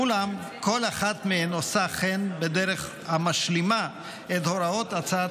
אולם כל אחת מהן עושה כן בדרך המשלימה את הוראות הצעת